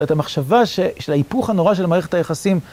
את המחשבה של ההיפוך הנורא של המערכת היחסים.